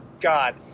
God